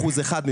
אחוז אחד,